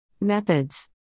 Methods